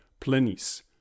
plenis